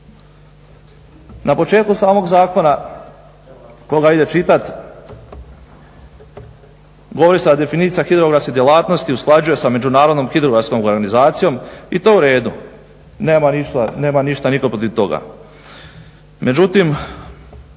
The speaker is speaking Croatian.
Na početku samog zakona tko ga ide čitati govori se definicija hidrografske djelatnosti usklađuje sa međunarodnom hidrografskom organizacijom i to je u redu. Nema ništa nitko protiv toga.